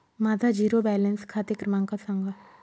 माझा zero balance खाते क्रमांक सांगा